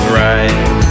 right